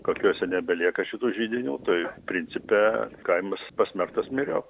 kokiuose nebelieka šitų židinių tai principe kaimas pasmerktas myriop